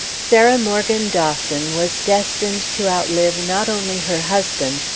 sarah morgan dawson was destined to outlive not only her husband,